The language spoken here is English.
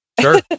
Sure